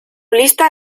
lista